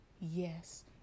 yes